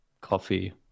coffee